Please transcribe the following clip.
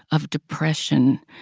of depression,